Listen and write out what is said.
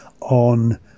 on